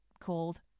called